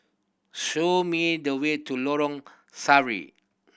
show me the way to Lorong Sari